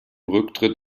rücktritt